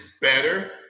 better